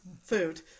food